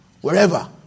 wherever